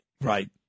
Right